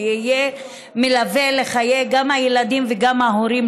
ויהיה מלווה בחיים גם של הילדים וגם של ההורים,